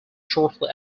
shortly